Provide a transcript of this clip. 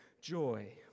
joy